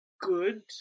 good